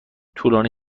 طولانی